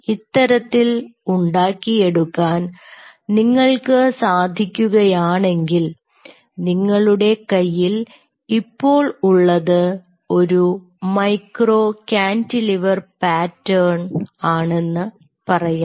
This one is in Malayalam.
ഇത്തരത്തിൽ ഉണ്ടാക്കിയെടുക്കാൻ നിങ്ങൾക്ക് സാധിക്കുകയാണെങ്കിൽ നിങ്ങളുടെ കയ്യിൽ ഇപ്പോൾ ഉള്ളത് ഒരു മൈക്രോ കാന്റിലിവർ പാറ്റേൺ ആണെന്ന് പറയാം